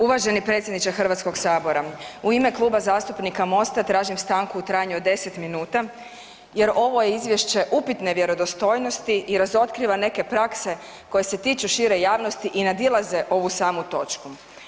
Uvaženi predsjedniče Hrvatskog sabora, u ime Kluba zastupnika Mosta tražim stanku u trajanju od 10 min jer je ovo izvješće upitne vjerodostojnosti i razotkriva neke prakse koje se tiču šire javnosti i nadilaze ovu samu točku.